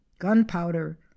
gunpowder